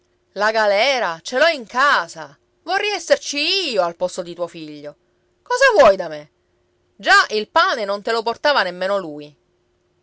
la galera ce l'ho in casa vorrei esserci io al posto di tuo figlio cosa vuoi da me già il pane non te lo portava nemmeno lui